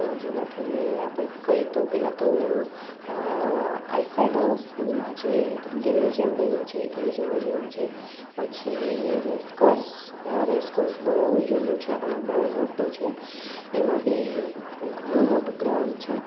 જેમાંથી મેં આપણે કહીએ તો પહેલા તો આલફેડ સ્કૂલમાં જ જે ગાંધી મ્યુઝિયમ બન્યું છે એ જોવા જેવું છે પછી રેસકોર્સ રેસકોર્સ બહુ જૂનું છે અને બહુ મોટું છે એમાં બી ઘણું મોટું ગ્રાઉન્ડ છે